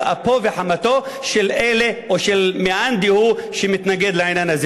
על אפו וחמתו של מאן דהוא שמתנגד לעניין הזה.